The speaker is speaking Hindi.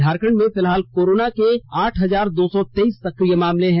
झारखंड में फिलहाल कोरोना के आठ हजार दो सौ तेइस सक्रिय मामले हैं